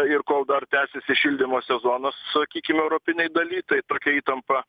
ir kol dar tęsiasi šildymo sezonas sakykim europinėj daly tai tokia įtampa